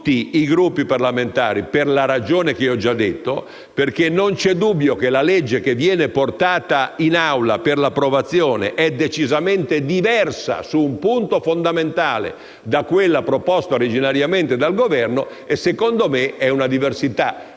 non c'è dubbio che il provvedimento che viene portato in Aula per l'approvazione è decisamente diverso, su un punto fondamentale, da quello proposto originariamente dal Governo e secondo me è una diversità